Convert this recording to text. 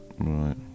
Right